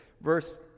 verse